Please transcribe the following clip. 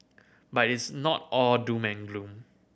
but it's not all doom and gloom